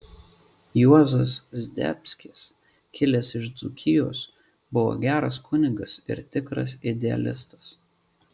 juozas zdebskis kilęs iš dzūkijos buvo geras kunigas ir tikras idealistas